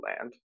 land